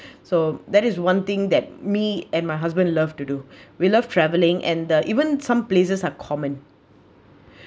so that is one thing that me and my husband love to do we love travelling and the even some places are common